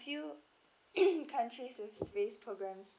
few countries in space programs